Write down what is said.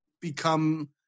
become